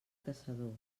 caçador